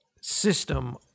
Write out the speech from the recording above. system